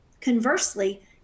Conversely